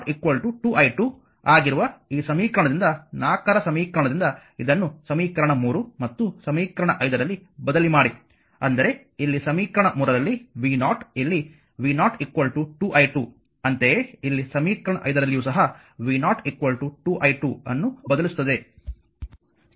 ಈಗ v0 2 i2 ಆಗಿರುವ ಈ ಸಮೀಕರಣದಿಂದ 4 ರ ಸಮೀಕರಣದಿಂದ ಇದನ್ನು ಸಮೀಕರಣ 3 ಮತ್ತು ಸಮೀಕರಣ 5 ರಲ್ಲಿ ಬದಲಿ ಮಾಡಿ ಅಂದರೆ ಇಲ್ಲಿ ಸಮೀಕರಣ 3ರಲ್ಲಿ v0 ಇಲ್ಲಿ v0 2 i2 ಅಂತೆಯೇ ಇಲ್ಲಿ ಸಮೀಕರಣ 5ರಲ್ಲಿಯೂ ಸಹ v0 2 i2 ಅನ್ನು ಬದಲಿಸುತ್ತದೆ